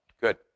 Good